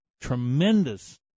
tremendous